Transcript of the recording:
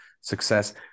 success